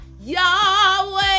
Yahweh